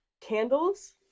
candles